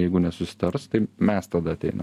jeigu nesusitars tai mes tada ateina